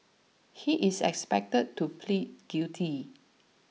he is expected to plead guilty